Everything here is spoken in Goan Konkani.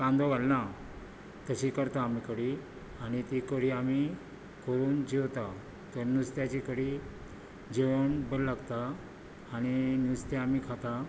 कांदो घालना तशी करता आमी कडी आनी ती कडी आमी करून जेवता त्या नुस्त्याची कडी जेवण बरें लागता आनी नुस्तें आमी खाता